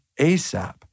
ASAP